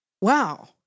Wow